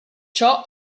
ciò